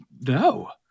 No